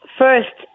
first